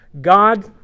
God